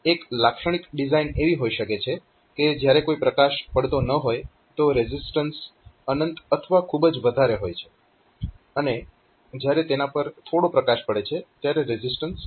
તો એક લાક્ષણિક ડિઝાઇન એવી હોઈ શકે છે કે જ્યારે કોઈ પ્રકાશ પડતો ન હોય તો રેઝિસ્ટન્સ અનંત અથવા ખૂબ જ વધારે હોય છે અને જ્યારે તેના પર થોડો પ્રકાશ પડે છે ત્યારે રેઝિસ્ટન્સ ઘટશે